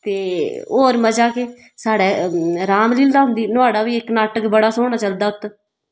ते होर मजा केह् साढ़ै रामलीला होंदी नोहाड़ा बी इक नाटक बड़ा सोह्ना चलदा उत्त